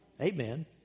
Amen